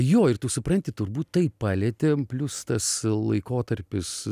jo ir tu supranti turbūt tai palietė plius tas laikotarpis